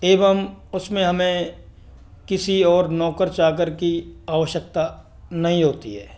एवं उसमें हमें किसी और नौकर चाकर की आवश्यकता नहीं होती है